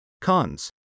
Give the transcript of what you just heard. Cons